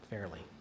Fairly